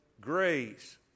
Grace